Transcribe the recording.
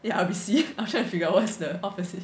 ya I will 吸 I'm trying to figure out what is the opposite